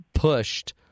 pushed